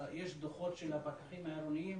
יש דוחות של הפקחים העירוניים